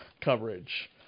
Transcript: coverage